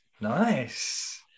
Nice